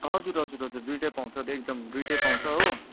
हजुर हजुर हजुर दुइटै पाउँछ एकदम दुइटै पाउँछ हो